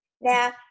Now